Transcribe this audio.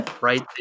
right